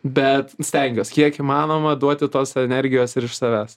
bet stengiuos kiek įmanoma duoti tos energijos ir iš savęs